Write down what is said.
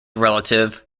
relative